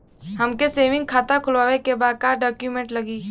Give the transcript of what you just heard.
हमके सेविंग खाता खोलवावे के बा का डॉक्यूमेंट लागी?